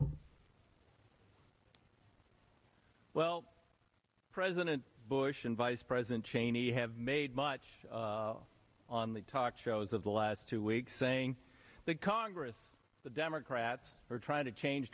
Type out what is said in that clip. well president bush and vice president cheney have made much on the talk shows of the last two weeks saying that congress the democrats are trying to change